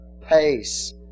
pace